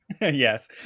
Yes